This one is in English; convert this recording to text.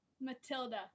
Matilda